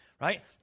right